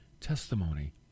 testimony